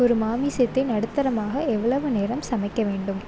ஒரு மாமிசத்தை நடுத்தரமாக எவ்வளவு நேரம் சமைக்க வேண்டும்